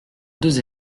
deux